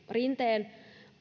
rinteen